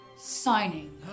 signing